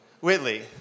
Whitley